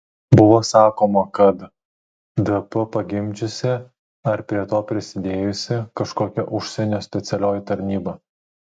buvo sakoma kad dp pagimdžiusi ar prie to prisidėjusi kažkokia užsienio specialioji tarnyba